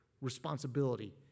responsibility